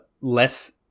less